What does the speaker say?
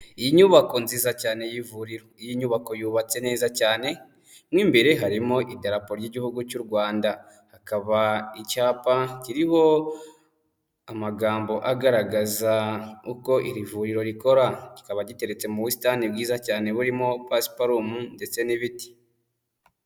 Inyubako nziza cyane y'ivuriro, iyi nyubako yubatse neza cyane mo imbere harimo idarapo ry'igihugu cy'u Rwanda hakaba icyapa kiriho amagambo agaragaza uko iri vuriro rikora, kikaba giteretse mu busitani bwiza cyane burimo pasiparume ndetse n'ibiti.